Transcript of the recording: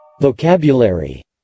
Vocabulary